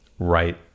right